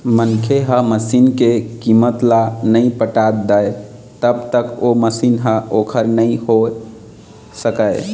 मनखे ह मसीन के कीमत ल नइ पटा दय तब तक ओ मशीन ह ओखर नइ होय सकय